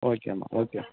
ஓகேம்மா ஓகே